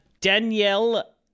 Danielle